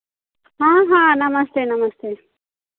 हाँ हाँ नमस्ते नमस्ते